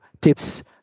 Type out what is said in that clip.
tips